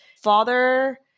father